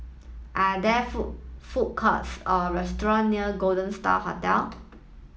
are there food food courts or restaurant near Golden Star Hotel